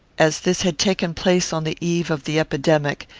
as this had taken place on the eve of the epidemic,